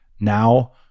Now